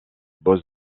beaux